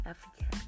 Africa